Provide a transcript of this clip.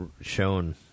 shown